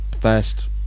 first